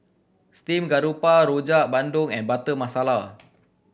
steamed garoupa Rojak Bandung and Butter Masala